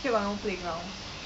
here got no playground